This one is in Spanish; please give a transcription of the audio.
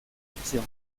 opción